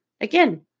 again